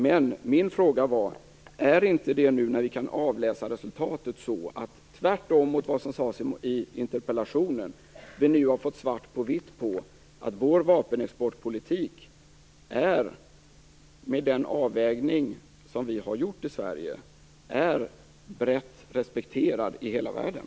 Men min fråga var: Är det inte nu när vi kan avläsa resultatet så att vi - tvärtemot vad som sades i interpellationen - har fått svart på vitt på att vår vapenexportpolitik med den avvägning som vi har gjort i Sverige är brett respekterad i hela världen?